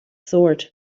sword